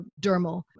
dermal